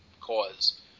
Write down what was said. cause